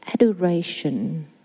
adoration